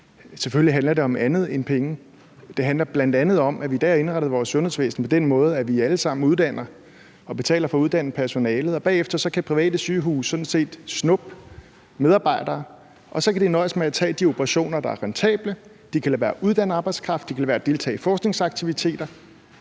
Selvfølgelig handler det om andet end penge. Det handler bl.a. om, at vi i dag har indrettet vores sundhedsvæsen på den måde, at vi alle sammen uddanner og betaler for at uddanne personale, og bagefter kan private sygehuse så sådan set snuppe medarbejdere, og så kan de nøjes med at tage de operationer, der er rentable, de kan lade være med at uddanne arbejdskraft, de kan lade være med at deltage i forskningsaktiviteter,